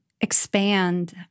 expand